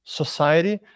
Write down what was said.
society